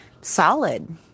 solid